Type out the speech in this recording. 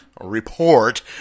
report